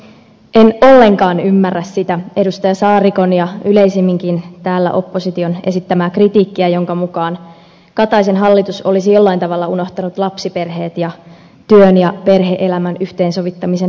en ollenkaan ymmärrä sitä edustaja saarikon ja yleisemminkin täällä opposition esittämää kritiikkiä jonka mukaan kataisen hallitus olisi jollain tavalla unohtanut lapsiperheet ja työn ja perhe elämän yhteensovittamisen haasteet